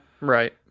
Right